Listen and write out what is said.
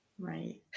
Right